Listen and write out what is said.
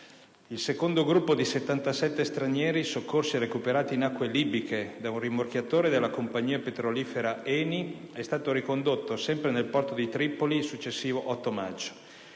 Il secondo gruppo, di 77 stranieri, soccorsi e recuperati in acque libiche da un rimorchiatore della compagnia petrolifera ENI, è stato ricondotto, sempre nel porto di Tripoli, il successivo 8 maggio.